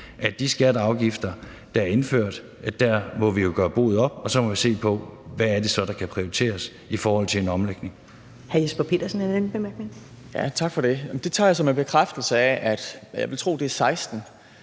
skatter og afgifter, der er indført, at vi må gøre boet op, og så må vi se på, hvad det er, der kan prioriteres i en omlægning.